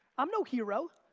i'm no hero,